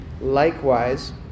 likewise